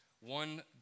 one